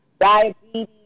diabetes